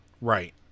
Right